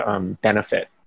benefit